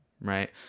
right